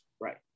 right